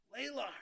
Layla